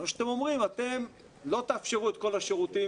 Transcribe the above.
אתם אומרים שאתם לא תאפשרו את כל השירותים